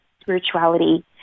spirituality